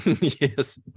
Yes